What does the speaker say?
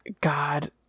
God—